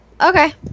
okay